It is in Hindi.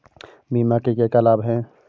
बीमा के क्या क्या लाभ हैं?